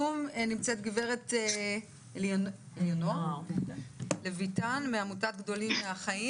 גברת אלינוער לויטן מעמותת "גדולים מהחיים",